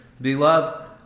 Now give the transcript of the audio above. beloved